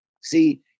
see